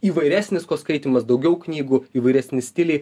įvairesnis kuo skaitymas daugiau knygų įvairesni stiliai